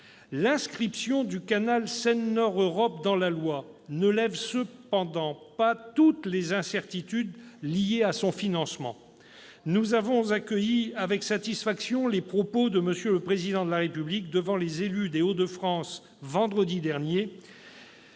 l'inscription du canal Seine-Nord Europe dans la loi ne lève pas les incertitudes liées à son financement. Nous avons accueilli avec satisfaction les propos du Président de la République devant les élus des Hauts-de-France vendredi dernier.